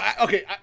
okay